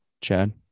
Chad